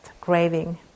craving